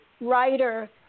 writer